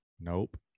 nope